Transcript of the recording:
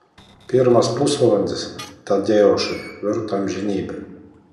pirmas pusvalandis tadeušui virto amžinybe